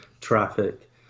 traffic